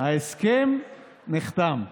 ההסכם נחתם.